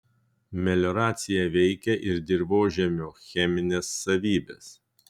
melioracija veikia ir dirvožemio chemines savybes